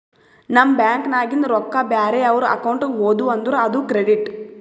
ನಮ್ ಬ್ಯಾಂಕ್ ನಾಗಿಂದ್ ರೊಕ್ಕಾ ಬ್ಯಾರೆ ಅವ್ರ ಅಕೌಂಟ್ಗ ಹೋದು ಅಂದುರ್ ಅದು ಕ್ರೆಡಿಟ್